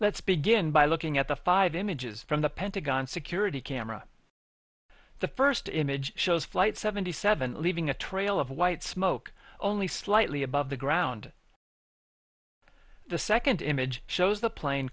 let's begin by looking at the five images from the pentagon security camera the first image shows flight seventy seven leaving a trail of white smoke only slightly above the ground the second image shows the plane